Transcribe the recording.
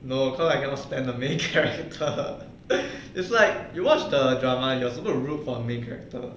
no cause I cannot stand the main character it's like we watched the drama you're supposed to root for main character